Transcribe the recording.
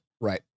right